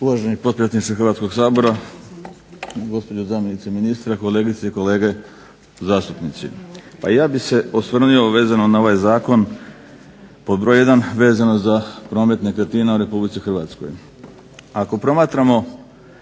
Uvaženi potpredsjedniče Hrvatskog sabora, gospođo zamjenice ministra, kolegice i kolege zastupnici. Pa ja bih se osvrnuo vezano na ovaj zakon, pod broj jedan vezano za promet nekretnina u Republici Hrvatskoj. Ako promatramo